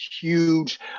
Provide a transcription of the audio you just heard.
huge